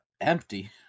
empty